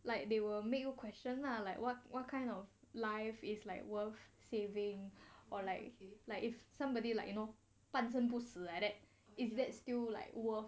like they will make you question lah like what what kind of life is like worth saving or like like if somebody like you know 半生不死 at at is that still like worth